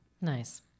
Nice